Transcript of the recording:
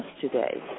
today